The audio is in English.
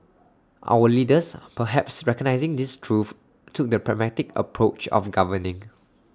our leaders perhaps recognising this truth took the pragmatic approach of governing